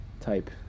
type